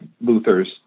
Luther's